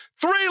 three